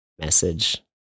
message